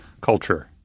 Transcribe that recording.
CULTURE